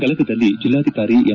ಗದಗದಲ್ಲಿ ಜಿಲ್ಲಾಧಿಕಾರಿ ಎಂ